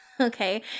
okay